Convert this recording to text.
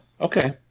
okay